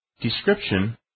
description